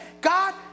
God